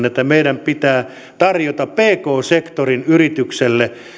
että meidän pitää tarjota pk sektorin yrityksille